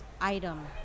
item